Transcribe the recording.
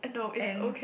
and